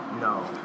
no